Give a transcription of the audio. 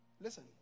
listen